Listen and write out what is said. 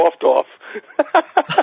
soft-off